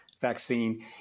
vaccine